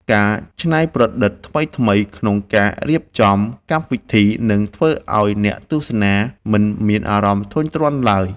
ការច្នៃប្រឌិតថ្មីៗ ក្នុងការរៀបចំកម្មវិធីនឹងធ្វើឱ្យអ្នកទស្សនាមិនមានអារម្មណ៍ធុញទ្រាន់ឡើយ។